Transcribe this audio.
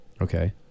Okay